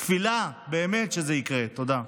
תפילה, באמת, שזה יקרה, תודה.